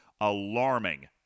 alarming